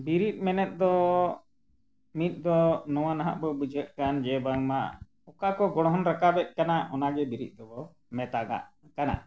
ᱵᱤᱨᱤᱫ ᱢᱮᱱᱮᱫ ᱫᱚ ᱢᱤᱫ ᱫᱚ ᱱᱚᱣᱟ ᱱᱟᱜ ᱵᱚᱱ ᱵᱩᱡᱷᱟᱹᱜ ᱠᱟᱱ ᱡᱮ ᱵᱟᱝᱢᱟ ᱚᱠᱟ ᱠᱚ ᱜᱚᱲᱦᱚᱱ ᱨᱟᱠᱟᱵᱮᱫ ᱠᱟᱱᱟ ᱚᱱᱟ ᱜᱮ ᱵᱤᱨᱤᱫ ᱫᱚᱵᱚ ᱢᱮᱛᱟᱜᱟᱜ ᱠᱟᱱᱟ